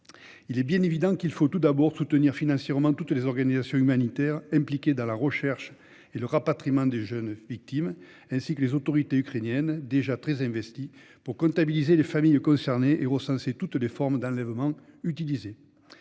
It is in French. Il est bien évident qu'il faut tout d'abord soutenir financièrement toutes les organisations humanitaires impliquées dans la recherche et le rapatriement des jeunes victimes, ainsi que les autorités ukrainiennes, déjà très investies, pour comptabiliser les familles concernées et recenser toutes les formes d'enlèvement utilisées.